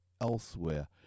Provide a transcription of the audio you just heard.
elsewhere